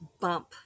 bump